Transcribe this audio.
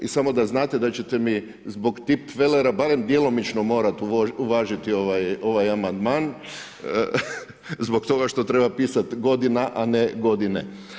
Samo da znate da ćete mi zbog tipfelera barem djelomično morat uvažiti ovaj amandman, zbog toga što treba pisati godina, a ne godine.